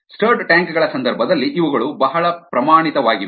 stirred tank ಗಳ ಸಂದರ್ಭದಲ್ಲಿ ಇವುಗಳು ಬಹಳ ಪ್ರಮಾಣಿತವಾಗಿವೆ